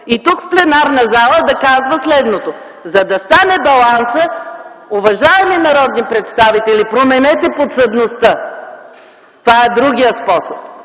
и то в пленарната зала да казва следното: за да стане балансът, уважаеми народни представители, променете подсъдността. Това е другият способ.